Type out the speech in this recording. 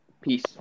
Peace